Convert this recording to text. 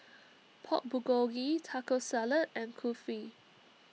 Pork Bulgogi Taco Salad and Kulfi